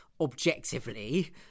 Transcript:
objectively